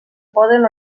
poden